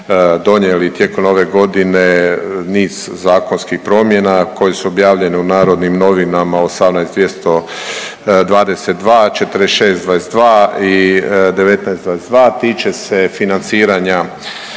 donijeli tijekom ove godine niz zakonskih promjena koje su objavljene u Narodnim novinama 18/2022, 46/2022 i 19/2022 a tiče se financiranja